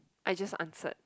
I just answered